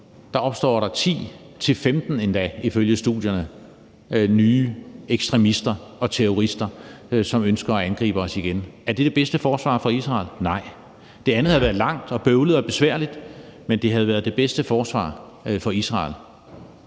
opstår der 10-15, ifølge studierne, nye ekstremister og terrorister, som ønsker at angribe os igen. Er det det bedste forsvar for Israel? Nej. Det andet havde været langt, bøvlet og besværligt, men det havde været det bedste forsvar for Israel.